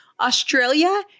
Australia